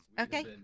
Okay